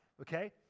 okay